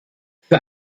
für